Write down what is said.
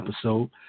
episode